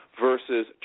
versus